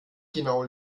genau